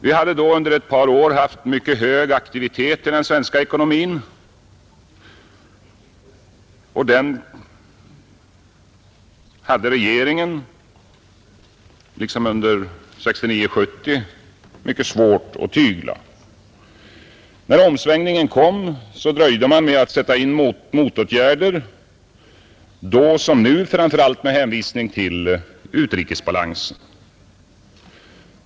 Vi hade då under ett par år i den svenska ekonomin haft en mycket hög aktivitet, som regeringen, liksom under 1969/70, hade mycket svårt att tygla. När omsvängningen kom dröjde man med att sätta in motåtgärder, då som nu framför allt med hänvisning till utrikesbalansen.